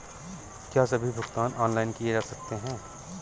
क्या सभी भुगतान ऑनलाइन किए जा सकते हैं?